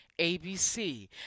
ABC